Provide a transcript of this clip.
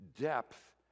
depth